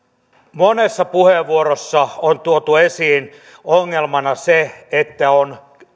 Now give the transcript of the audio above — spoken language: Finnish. monessa puheenvuorossa on tuotu esiin ongelmana se että on